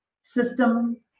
system